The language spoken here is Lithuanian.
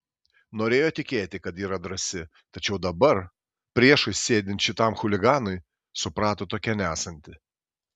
norėjo tikėti kad yra drąsi tačiau dabar priešais sėdint šitam chuliganui suprato tokia nesanti